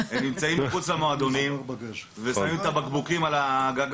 הם נמצאים מחוץ למועדונים ושמים את הבקבוקים על הגג